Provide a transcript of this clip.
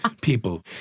people